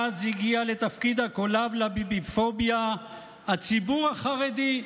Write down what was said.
אז הגיע לתפקיד הקולב לביביפוביה הציבור החרדי,